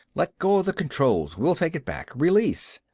let go of the controls! we'll take it back. release.